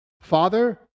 Father